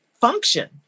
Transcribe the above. function